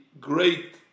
great